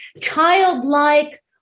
childlike